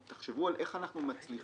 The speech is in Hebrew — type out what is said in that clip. תחשבו על איך אנחנו מצליחים